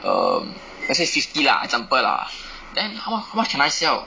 err let's say fifty lah example lah then how much can I sell